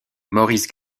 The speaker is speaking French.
maurice